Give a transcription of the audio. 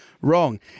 wrong